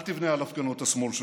אל תבנה על הפגנות השמאל שלך,